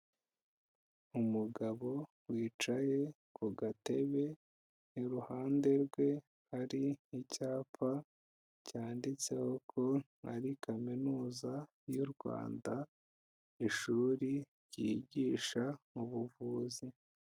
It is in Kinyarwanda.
Umugabo wicaye ku gatebe, iruhande rwe hari icyapa, cyanditseho ko ari Kaminuza y'u Rwanda, ishuri ryigisha mu buvuzi.